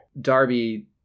Darby